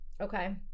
Okay